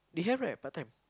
they have right part-time